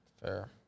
Fair